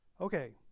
Okay